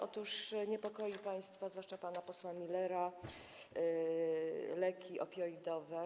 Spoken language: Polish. Otóż niepokoją państwa, zwłaszcza pana posła Millera, leki opioidowe.